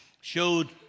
showed